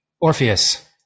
Orpheus